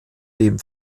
dem